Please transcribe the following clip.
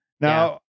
Now